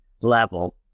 level